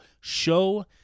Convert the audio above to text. show